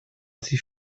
sie